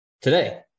today